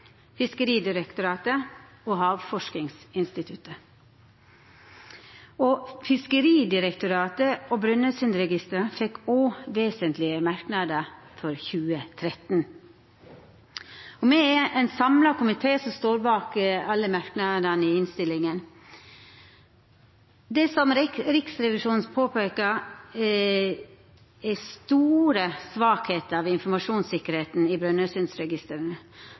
Fiskeridirektoratet og Havforskingsinstituttet. Fiskeridirektoratet og Brønnøysundregistra fekk òg vesentlege merknader for 2013. Det er ein samla komité som står bak alle merknadene i innstillinga.